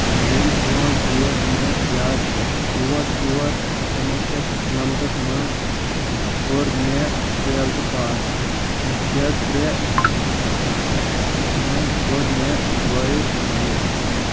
یِم پانٛژھ ڈیٹ مےٚ یاد چھِ ژور ژور کُنہٕ وُہ شَتھ نَمَتس منٛز کور مےٚ ٹوویٚلتھ پاس شیٚے ترٛے کُنہٕ وُہ شَتھ پانٛژھ نَمَتس منٛز کور مےٚ بٲیِس خانٛدر